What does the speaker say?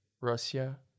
Russia